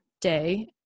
day